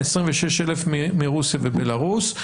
26,000 מרוסיה ובלרוס,